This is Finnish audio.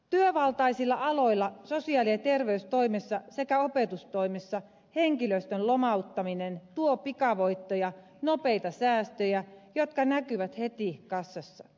työvaltaisilla aloilla sosiaali ja terveystoimessa sekä opetustoimessa henkilöstön lomauttaminen tuo pikavoittoja nopeita säästöjä jotka näkyvät heti kassassa